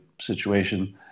situation